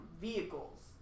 vehicles